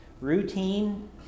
Routine